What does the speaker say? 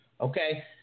Okay